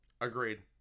Agreed